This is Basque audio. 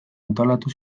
antolatu